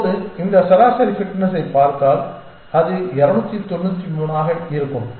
இப்போது இந்த சராசரி ஃபிட்னஸைப் பார்த்தால் அது 293 ஆக இருக்கும்